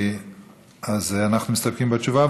אז אנחנו מסתפקים בתשובה.